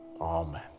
amen